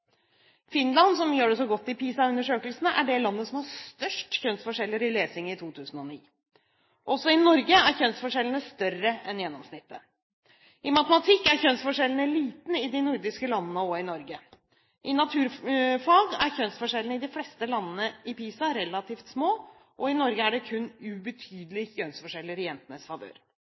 Finland, som gjør det så godt i PISA-undersøkelsene, er det landet som har størst kjønnsforskjeller i lesing i 2009. Også i Norge er kjønnsforskjellene større enn gjennomsnittet. I matematikk er kjønnsforskjellen liten i de nordiske landene og i Norge. I naturfag er kjønnsforskjellen i de fleste landene i PISA relativt små. I Norge er det kun ubetydelige kjønnsforskjeller i jentenes favør.